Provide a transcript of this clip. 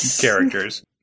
characters